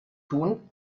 tun